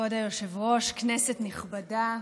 כבוד היושב-ראש, כנסת נכבדה,